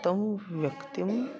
तं व्यक्तिम्